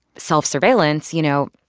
self-surveillance you know,